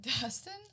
Dustin